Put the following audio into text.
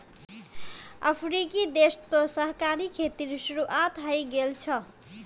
अफ्रीकी देश तो सहकारी खेतीर शुरुआत हइ गेल छ